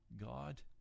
God